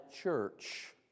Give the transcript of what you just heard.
church